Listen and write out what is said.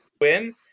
Win